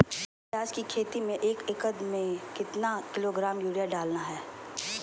प्याज की खेती में एक एकद में कितना किलोग्राम यूरिया डालना है?